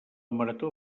marató